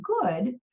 good